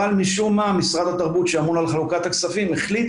אבל משום מה משרד התרבות שאמון על חלוקת הכספים החליט